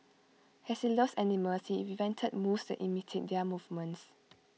as he loves animals he invented moves that imitate their movements